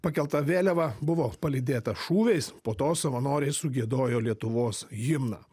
pakelta vėliava buvo palydėta šūviais po to savanoriai sugiedojo lietuvos himną